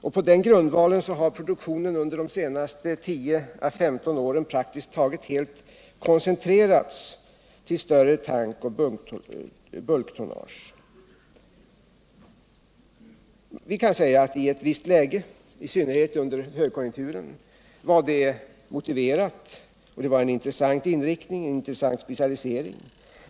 Och på den grundvalen har produktionen under de senaste 10 å 15 åren praktiskt taget helt koncentrerats till större tankoch bulktonnage. Vi kan säga att i ett visst läge, i synnerhet under högkonjunkturen, var detta motiverat, och det var en intressant specialisering.